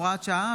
הוראת שעה),